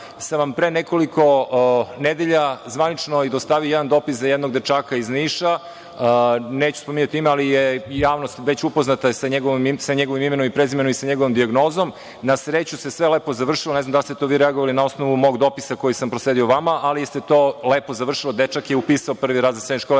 sam vam i zvanično dostavio jedan dopis za jednog dečaka iz Niša, neću spominjati ime, ali je javnost već upoznata sa njegovim imenom i prezimenom i sa njegovom dijagnozom. Na sreću se sve lepo završilo. Ne znam da li ste vi to reagovali na osnovu mog dopisa koji sam prosledio vama, ali se to lepo završilo, dečak je upisao prvi razred srednje škole. Ja vam